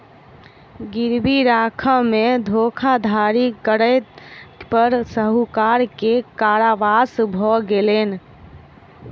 गिरवी राखय में धोखाधड़ी करै पर साहूकार के कारावास भ गेलैन